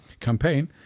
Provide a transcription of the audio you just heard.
campaign